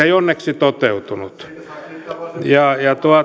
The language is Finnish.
ei onneksi toteutunut ja